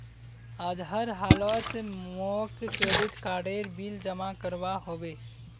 आज हर हालौत मौक क्रेडिट कार्डेर बिल जमा करवा होबे